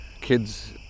kids